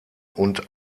und